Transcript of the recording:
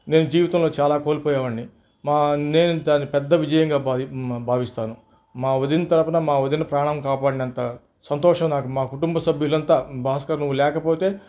నేను జీవితంలో చాలా కోల్పోయేవాణ్ణి మా నేను దాన్ని పెద్ద విజయంగా భా భావిస్తాను మా వదిన తరఫున మా వదిన ప్రాణం కాపాడినంత సంతోషం నాకు మా కుటుంబ సభ్యులంతా భాస్కర్ నువ్వు లేకపోతే